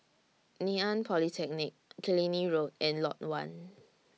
Ngee Ann Polytechnic Killiney Road and Lot one